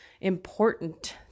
important